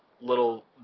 little